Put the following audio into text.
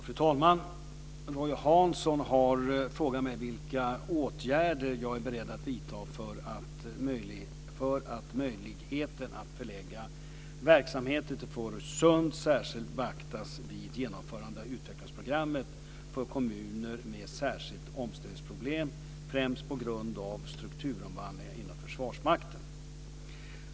Fru talman! Roy Hansson har frågat mig vilka åtgärder jag är beredd att vidta för att möjligheten att förlägga verksamheter till Fårösund särskilt beaktas vid genomförande av utvecklingsprogrammet för kommuner med särskilda omställningsproblem främst på grund av strukturomvandlingar inom Försvarsmakten.